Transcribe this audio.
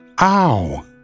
Ow